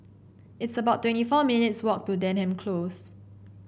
it's about twenty four minutes walk to Denham Close